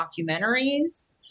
documentaries